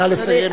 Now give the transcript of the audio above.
נא לסיים.